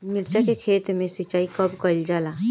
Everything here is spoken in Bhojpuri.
मिर्चा के खेत में सिचाई कब कइल जाला?